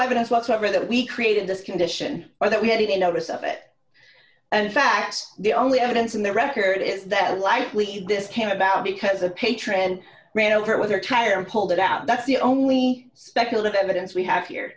evidence whatsoever that we created this condition or that we had a notice of it and fact the only evidence in the record is that likely this came about because a patron ran over with their tire and pulled it out that's the only speculative evidence we have here